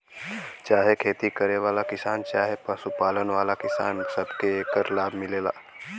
चाहे खेती करे वाला किसान चहे पशु पालन वाला किसान, सबके एकर लाभ मिलत हौ